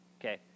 Okay